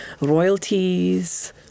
royalties